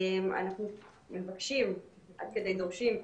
אנחנו מבקשים, עד כדי דורשים,